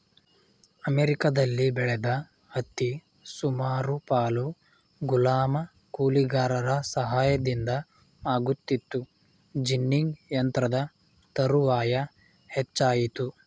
ಅಮೆರಿಕದಲ್ಲಿ ಬೆಳೆದ ಹತ್ತಿ ಸುಮಾರು ಪಾಲು ಗುಲಾಮ ಕೂಲಿಗಾರರ ಸಹಾಯದಿಂದ ಆಗುತ್ತಿತ್ತು ಜಿನ್ನಿಂಗ್ ಯಂತ್ರದ ತರುವಾಯ ಹೆಚ್ಚಾಯಿತು